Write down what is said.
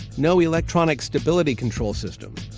no electronic stability control system,